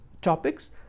topics